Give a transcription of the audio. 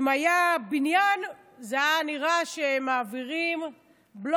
אם זה היה בניין, אז היה נראה שמעבירים בלוקים: